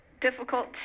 difficult